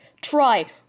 Try